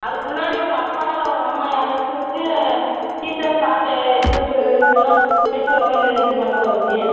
அதற்கு முன்னாடி உங்கள் அப்பா இல்லை உங்கள் அம்மா யாராச்சும் வந்து டீச்சர் சார்கிட்ட ஹெச்எம் சார்கிட்டலாம் பேசுகிற மாதிரி எதாச்சும் பண்ணுப்பா தம்பி